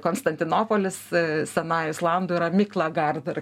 konstantinopolis senąja islandų yra miklagarder